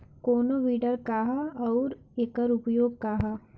कोनो विडर का ह अउर एकर उपयोग का ह?